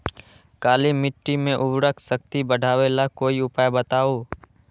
काली मिट्टी में उर्वरक शक्ति बढ़ावे ला कोई उपाय बताउ?